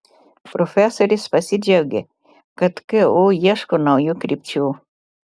profesorius pasidžiaugė kad ku ieško naujų krypčių